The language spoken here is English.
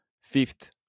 Fifth